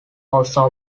also